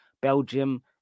Belgium